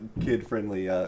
kid-friendly